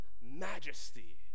majesty